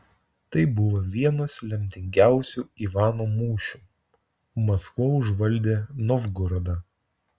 tai buvo vienas lemtingiausių ivano mūšių maskva užvaldė novgorodą